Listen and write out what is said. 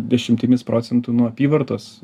dešimtimis procentų nuo apyvartos